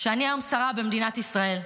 שאני היום שרה במדינת ישראל,